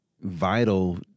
vital